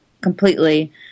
completely